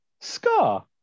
Scar